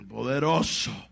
Poderoso